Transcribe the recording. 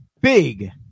Big